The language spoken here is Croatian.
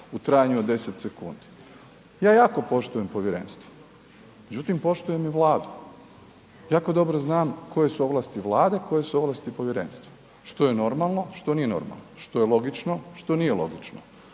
u trajanju od 10 sekundi. Ja jako poštujem povjerenstvo, međutim poštujem i Vladu. Jako dobro znam koje su ovlasti Vlade a koje su ovlasti povjerenstva, što je normalno, što nije normalno, što je logično, što nije logično.